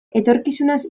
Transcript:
etorkizunaz